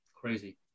Crazy